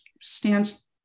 stands